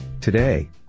Today